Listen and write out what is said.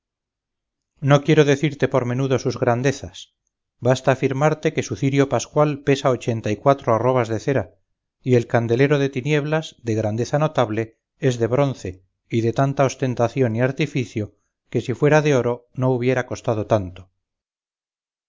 no quiero decirte por menudo sus grandezas basta afirmarte que su cirio pascual pesa ochenta y cuatro arrobas de cera y el candelero de tinieblas de grandeza notable es de bronce y de tanta ostentación y artificio que si fuera de oro no hubiera costado tanto